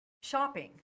shopping